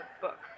book